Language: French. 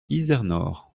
izernore